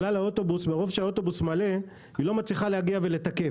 מרוב שהאוטובוס שהיא עולה עליו מלא היא לא מצליחה לתקף.